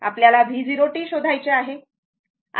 आपल्याला V0t शोधायचे आहे